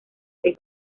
seis